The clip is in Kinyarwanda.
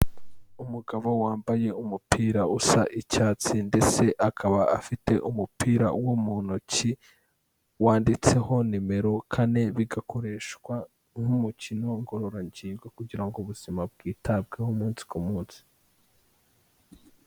Umugabo wambaye umupira usa icyatsi ndetse akaba afite umupira wo mu ntoki wanditseho nimero kane bigakoreshwa nk'umukino ngororangingo, kugira ngo ubuzima bwitabweho umunsi ku munsi